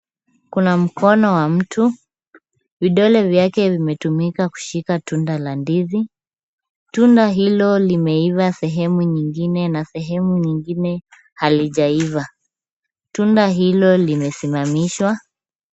Kuna mkono wa mtu . Vidole vyake vimetumika kushika tunda la ndizi. Tunda hilo limeiva sehemu nyingine na sehemu nyingine halijaiva. Tunda hilo limesimamishwa.